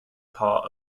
part